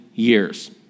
Years